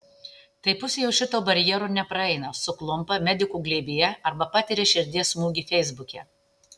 tai pusė jau šito barjero nepraeina suklumpa medikų glėbyje arba patiria širdies smūgį feisbuke